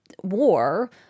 war